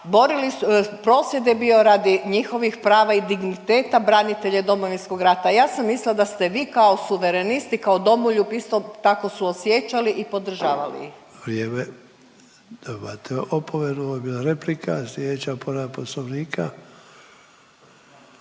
prosvjed je bio radi njihovih prava i digniteta branitelja i Domovinskog rata, ja sam mislila da ste vi kao suverenist i kao domoljub isto tako suosjećali i podržavali ih.